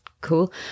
cool